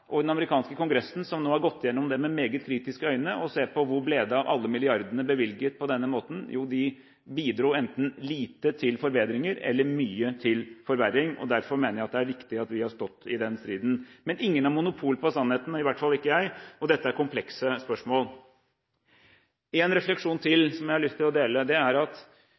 i den amerikanske Kongressen, der man har gått gjennom dette med meget kritiske øyne og sett på: Hvor ble det av alle milliardene bevilget på denne måten? Jo, de bidro enten lite til forbedringer eller mye til forverring. Derfor mener jeg at det er riktig at vi har stått i den striden. Men ingen har monopol på sannheten, i hvert fall ikke jeg, og dette er komplekse spørsmål. Så en refleksjon til som jeg har lyst til å dele, nå når nettopp mange har påpekt at